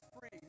free